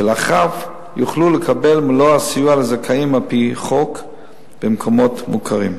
שלפיו יוכלו לקבל מלוא הסיוע לזכאים על-פי חוק במקומות מוכרים.